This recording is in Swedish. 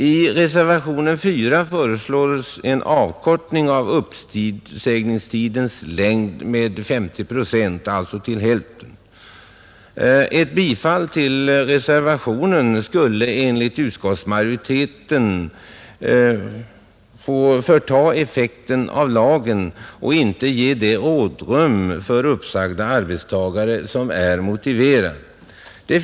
I reservationen 4 föreslås en avkortning av uppsägningstidens längd med 50 procent, alltså till hälften. Ett bifall till reservationen skulle enligt utskottsmajoriteten förta effekten av lagen och inte ge det rådrum för uppsagda arbetstagare som är motiverat.